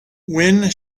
when